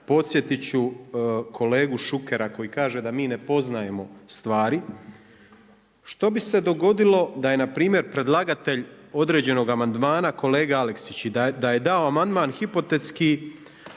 podsjetiti ću kolegu Šukera koji kaže da mi ne poznajemo stvari. Što bi se dogodilo na je npr. predlagatelj određenog amandmana kolega Aleksić i da je dao amandman hipotetski